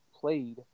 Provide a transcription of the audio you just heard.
played